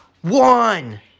one